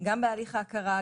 גם בהליך ההכרה,